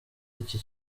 iki